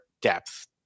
depth